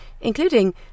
including